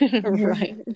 right